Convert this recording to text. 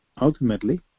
ultimately